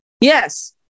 Yes